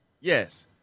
Yes